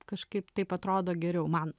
kažkaip taip atrodo geriau man